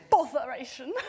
Botheration